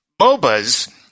MOBAs